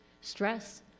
Stress